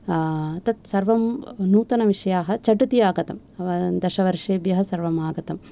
तत् सर्वं नूतनविषया झटिति आगतं दशवर्षेभ्यं सर्वम् आगतं